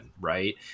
right